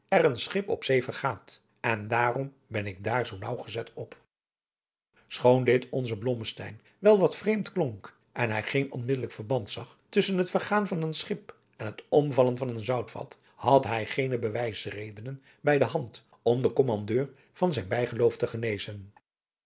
er een schip op zee vergaat en daarom ben ik daar zoo naauwgezet op schoon dit onzen blommesteyn wel wat vreemd klonk en hij geen onmiddellijk verband zag tusschen het vergaan van een schip en het omvallen van een zoutvat had hij geene bewijsredenen bij de hand om den kommandeur van zijn bijgeloof te genezen